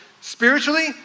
Spiritually